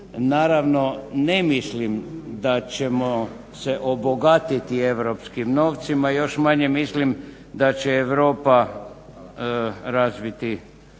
Naravno ne mislim da ćemo se obogatiti europskim novcima i još manje mislim da će Europa razviti